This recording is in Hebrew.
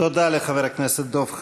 תודה לחבר הכנסת דב חנין.